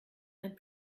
and